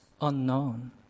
unknown